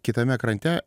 kitame krante